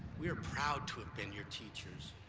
we are proud to have been your teachers.